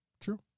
True